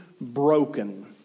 broken